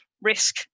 risk